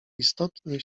istotnie